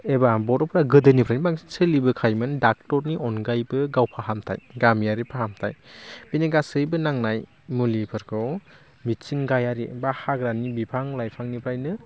एबा बर'फोरा गोदोनिफ्रायनो बांसिन सोलिबोखायोमोन डाक्टरनि अनगायैबो गावारि फाहामथाइ गामियारि फाहामथाइ बिनि गासैबो नांनाय मुलिफोरखौ मिथिंगायारि बा हाग्रानि बिफां लाइफांनिफ्रायनो